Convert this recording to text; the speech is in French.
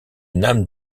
nam